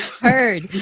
Heard